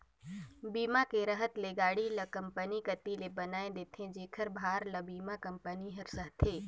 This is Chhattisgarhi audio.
बीमा के रहत ले गाड़ी ल कंपनी कति ले बनाये देथे जेखर भार ल बीमा कंपनी हर सहथे